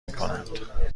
میکنند